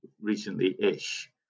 recently-ish